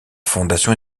fondation